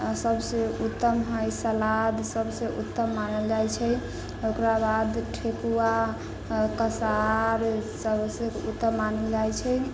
सबसे उत्तम है सलाद सबसे उत्तम मानल जाइ छै ओकरा बाद ठेकुआ कसार सबसे उत्तम मानल जाइ छै